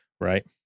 right